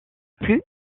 plus